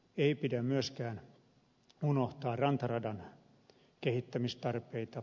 ei pidä myöskään unohtaa rantaradan kehittämistarpeita